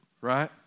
right